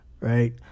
right